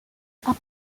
upper